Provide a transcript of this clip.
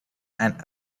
and